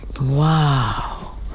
Wow